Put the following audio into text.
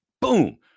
boom